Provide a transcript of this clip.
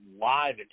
live